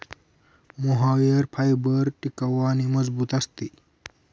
mohair fibre टिकाऊ आणि मजबूत असते